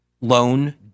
loan